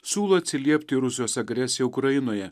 siūlo atsiliepti į rusijos agresiją ukrainoje